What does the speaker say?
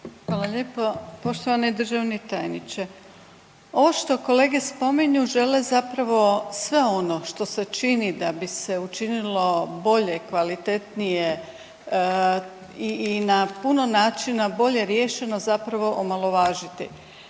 Hvala lijepo. Poštovani državni tajniče, ovo što kolege spominju žele zapravo sve ono što se čini da bi se učinilo bolje i kvalitetnije i na puno načina bolje riješeno zapravo omalovažiti.